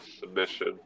submission